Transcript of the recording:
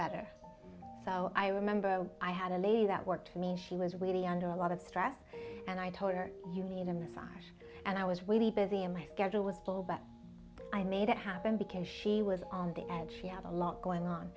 better so i remember i had a lady that worked for me she was waiting under a lot of stress and i told her you need a massage and i was waiting busy and my schedule was full but i made it happen because she was on the edge she had a lot going on